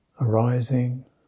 arising